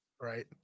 right